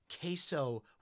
queso